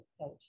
coach